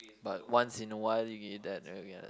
but once in awhile you eat that